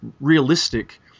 realistic